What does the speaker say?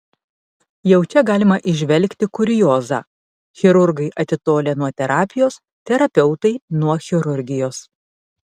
jau čia galima įžvelgti kuriozą chirurgai atitolę nuo terapijos terapeutai nuo chirurgijos